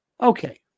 Okay